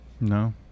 No